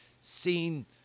seen